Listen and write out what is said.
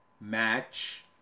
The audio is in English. Match